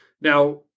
now